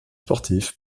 sportifs